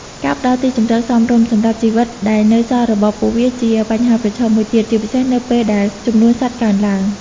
ការផ្តល់ទីជម្រកសមរម្យសម្រាប់ជីវិតដែលនៅសល់របស់ពួកវាជាបញ្ហាប្រឈមមួយទៀត ជាពិសេសនៅពេលដែលចំនួនសត្វកើនឡើង។